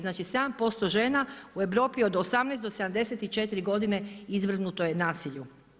Znači 7% žena u Europi od 18 do 74 godine izvrgnuto je nasilju.